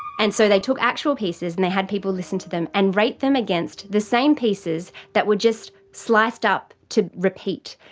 and so they took actual pieces and they had people listen to them and rate them against the same pieces that were just sliced up to repeat.